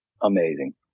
amazing